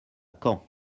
caen